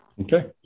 Okay